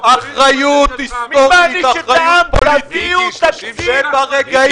אני קורא לכם לגלות אחריות היסטורית ואחריות פוליטית ברגעים